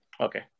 Okay